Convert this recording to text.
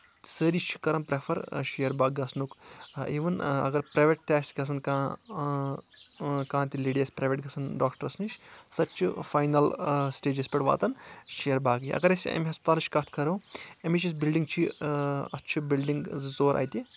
سٲری چھِ کران پریفر شِیر باغ گژھنُک اِوٕن اگر پرٛیویٹ تہِ آسہِ گژھان کانٛہہ کانٛہہ تہِ لیڈی آسہِ پریویٹ گژھان ڈاکٹرس نِش سۄ تہِ چھُ فاینل سٹیجَس پؠٹھ واتان شِیر باغ یہِ اگر أسۍ امہِ ہسپَتالٕچ کتھ کرو امِچ یُس بِلڈِنٛگ چھِ اَتھ چھُ بِلڈنٛگ زٕ ژور اَتہِ